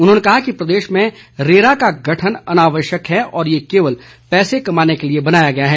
उन्होंने कहा कि प्रदेश में रेरा का गठन अनावश्यक है और ये केवल पैसे कमाने के लिए बनाया गया है